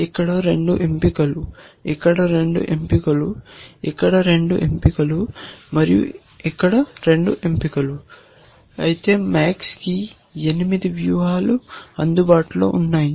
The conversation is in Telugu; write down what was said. ఇక్కడ 2 ఎంపికలు ఇక్కడ 2 ఎంపికలు ఇక్కడ 2 ఎంపికలు మరియు ఇక్కడ 2 ఎంపికలు MAX కి 8 వ్యూహాలు అందుబాటులో ఉన్నాయి